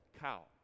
cow